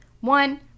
one